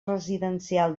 residencial